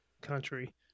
country